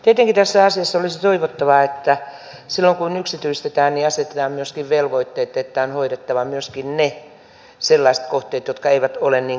tietenkin tässä asiassa olisi toivottavaa että silloin kun yksityistetään niin asetetaan myös velvoitteet että on hoidettava myöskin ne sellaiset kohteet jotka eivät ole niin kannattavia